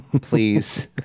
Please